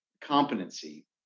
competency